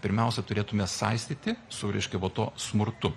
pirmiausia turėtume saistyti su reiškia va to smurtu